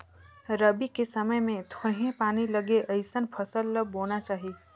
रबी के समय मे थोरहें पानी लगे अइसन फसल ल बोना चाही